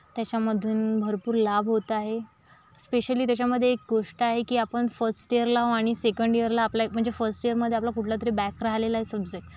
त्याच्यामधून भरपूर लाभ होत आहे स्पेशली त्याच्यामधे एक गोष्ट आहे की आपण फर्स्ट इअरला आणि सेकंड इअरला अप्लाय म्हणजे फर्स्ट इअरमध्ये आपला कुठला तरी बॅक राहिलेला आहे सब्जेक्ट